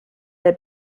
der